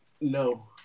no